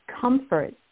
comfort